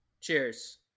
Cheers